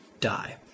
die